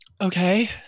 okay